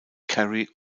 kerry